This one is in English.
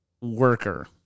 worker